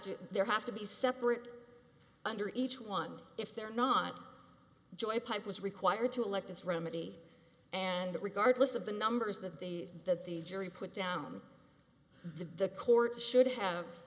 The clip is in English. to there have to be separate under each one if they're not joy pipe was required to elect this remedy and regardless of the numbers that they that the jury put down the the court should have